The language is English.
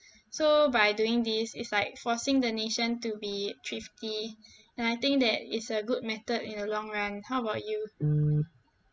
so by doing this it's like forcing the nation to be thrifty and I think that is a good method in the long run how about you